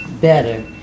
better